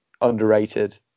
underrated